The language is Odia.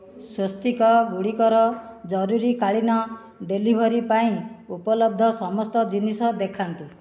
ସ୍ଵସ୍ତିକ ଗୁଡ଼ିକର ଜରୁରୀକାଳୀନ ଡେଲିଭରି ପାଇଁ ଉପଲବ୍ଧ ସମସ୍ତ ଜିନିଷ ଦେଖାନ୍ତୁ